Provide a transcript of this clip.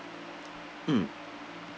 mm